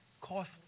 cost